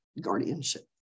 guardianship